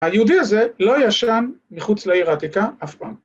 ‫היהודי הזה לא ישן ‫מחוץ לעיר העתיקה אף פעם.